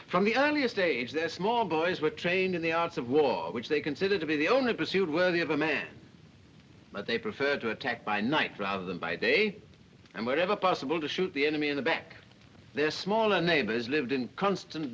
from the earliest age their small boys were trained in the art of war which they considered to be the only pursuit worthy of a man but they preferred to attack by night rather than by day and wherever possible to shoot the enemy in the back of their smaller neighbors lived in constant